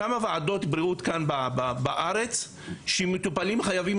לכמה ועדות בריאות כאן בארץ מטופלים חייבים